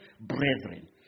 brethren